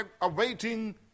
awaiting